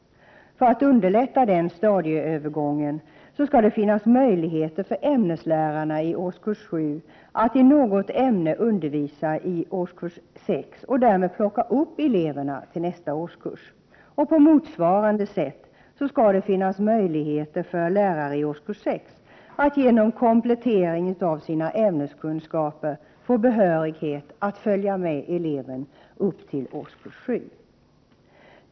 För att underlätta denna stadieövergång skall det finnas möjligheter för ämneslärarna i årskurs 7 att i något ämne undervisa i årskurs 6 och därmed ”plocka upp” eleverna till nästa årskurs. På motsvarande sätt skall det finnas möjligheter för lärare i årskurs 6 att genom komplettering av sina ämneskunskaper få behörighet att ”följa med” eleverna upp till årskurs 7.